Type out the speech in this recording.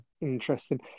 interesting